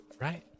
right